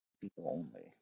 people-only